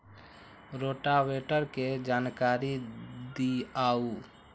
Rotavator के जानकारी दिआउ?